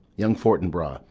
young fortinbras,